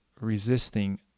resisting